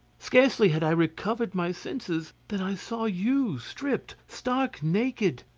scarcely had i recovered my senses than i saw you stripped, stark naked,